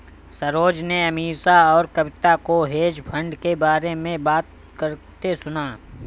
सरोज ने अमीषा और कविता को हेज फंड के बारे में बात करते सुना